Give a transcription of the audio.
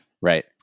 right